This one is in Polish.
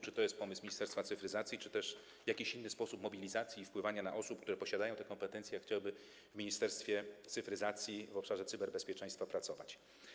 Czy to jest pomysł Ministerstwa Cyfryzacji, czy też jakiś inny sposób mobilizacji i wpływania na osoby, które posiadają te kompetencje, a chciałyby w Ministerstwie Cyfryzacji w obszarze cyberbezpieczeństwa pracować?